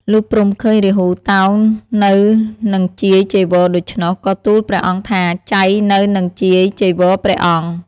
លុះព្រហ្មឃើញរាហូតោងនៅនឹងជាយចីវរដូច្នោះ ក៏ទូលព្រះអង្គថា "ចៃនៅនឹងជាយចីវរព្រះអង្គ"។